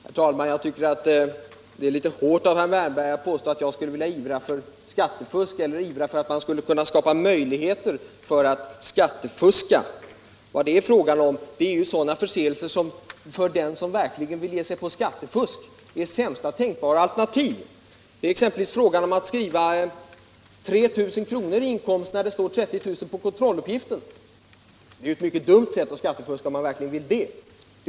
Herr talman! Jag tycker att det är litet hårt av herr Wärnberg att påstå att jag skulle ivra för att man skulle skapa möjligheter till skattefusk. Vad det är fråga om är ju sådana förseelser som för den som verkligen vill ge sig på skattefusk är det sämsta tänkbara alternativet — exempelvis att skriva 3 000 kr. i inkomst när det står 30 000 kr. på kontrolluppgiften. Det är ett mycket dumt sätt att skattefuska, om man skulle vilja det.